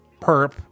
perp